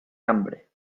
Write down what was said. hambre